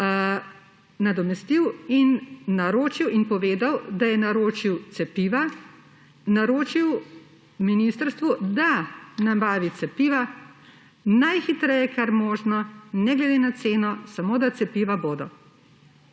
nadomestil. Naročil in povedal je, da je naročil cepiva, naročil ministrstvu, da nabavi cepiva najhitreje, kar je možno, ne glede na ceno, samo da cepiva bodo.